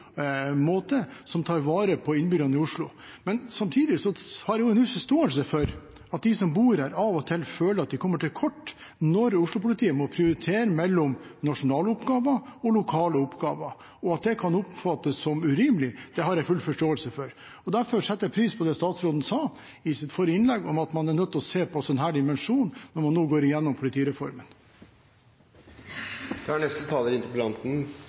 måte som tar vare på innbyggerne i Oslo. Samtidig har jeg en viss forståelse for at de som bor her, av og til føler at de kommer til kort når Oslo-politiet må prioritere mellom nasjonale og lokale oppgaver. At det kan oppfattes som urimelig, har jeg full forståelse for. Derfor setter jeg pris på det som statsråden sa i sitt forrige innlegg, at man er nødt til å se på også denne dimensjon når man nå går igjennom politireformen. Jeg er